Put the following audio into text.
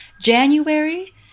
January